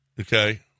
Okay